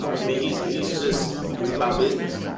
i mean, he's he's just he's about business,